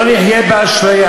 תביא לי מקרה אחד שתפסו.